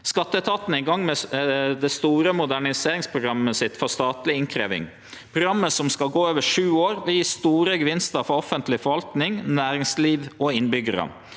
Skatteetaten er i gang med det store moderniseringsprogrammet sitt for statleg innkrevjing. Programmet, som skal gå over sju år, vil gje store gevinstar for offentleg forvalting, næringsliv og innbyggjarar.